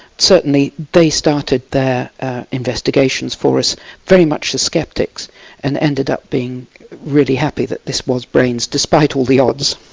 certainly they started their investigations for us very much as sceptics and ended up being really happy that this was brains despite all the odds.